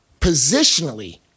positionally